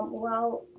well,